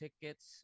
tickets